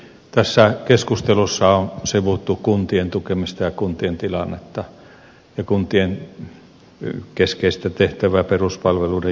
tässä keskustelussa on sivuttu kuntien tukemista ja kuntien tilannetta ja kuntien keskeistä tehtävää peruspalveluiden järjestämisessä